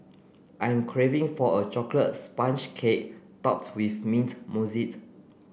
I am craving for a chocolate sponge cake topped with mint